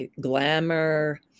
Glamour